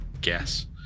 guess